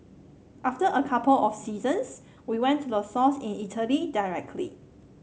after a couple of seasons we went to the source in Italy directly